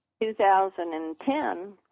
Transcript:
2010